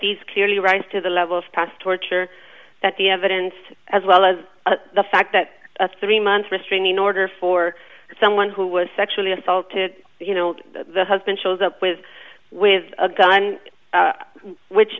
these clearly rise to the level of cost torture that the evidence as well as the fact that three months restraining order for someone who was sexually assaulted you know the husband shows up with with a gun which